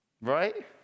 right